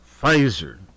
Pfizer